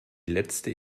letzte